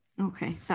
Okay